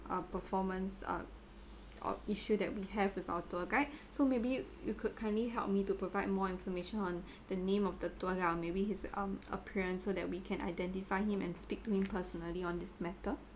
uh performance uh or issue that we have with our tour guide so maybe you could kindly helped me to provide more information on the name of the tour guide or maybe his um appearance so that we can identify him and speak to him personally on this matter